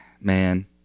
man